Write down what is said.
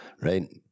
right